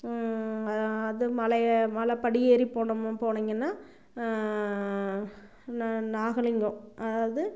அது மலையை மலைப் படி ஏறி போனோம் போனீங்கன்னால் நா நாகலிங்கம் அதாவது